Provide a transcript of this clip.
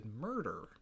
murder